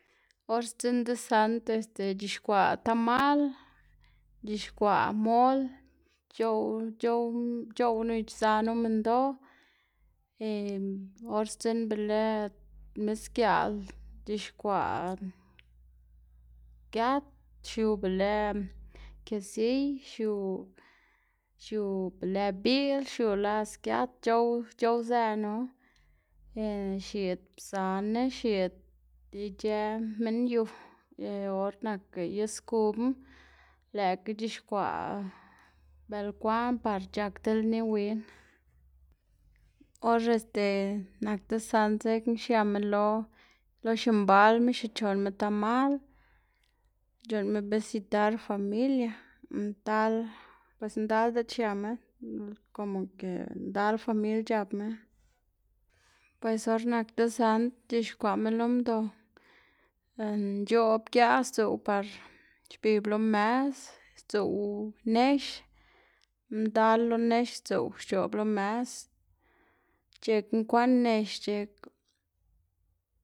Or sdzinn dzesand este c̲h̲ixkwaꞌ tamal, c̲h̲ixkwaꞌ mol c̲h̲ow c̲h̲ow- c̲h̲oꞌwnu izanu minndoꞌ, or sdzinn be lë misgiaꞌl c̲h̲ixkwaꞌ giat xiu be lë kesiy xiu xiu be lë biꞌl xiu las giat c̲h̲ow- c̲h̲owzëꞌnu xyiꞌd pzanná xyiꞌd ic̲h̲ë minn yu y or nakga is kubna lëꞌkga c̲h̲ixkwaꞌ belkwaꞌn par c̲h̲ak ti lni win, or este nak desand dzekna xiama lo lo ximbalma xichonma tamal, c̲h̲uꞌnnma bisitar familia, ndal pues ndal diꞌt xiama, komo ke ndal famil c̲h̲apma, pues or nak desand c̲h̲ixkwaꞌma lo mdo nc̲h̲oꞌb giaꞌ sdzuꞌw par xbib lo mes, sdzuꞌw nex ndal lo nex sdzuꞌw xc̲h̲oꞌb lo mes, c̲h̲ek kwaꞌnnex c̲h̲ek.